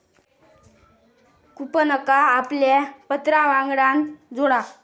कूपनका आपल्या पत्रावांगडान जोडा